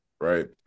right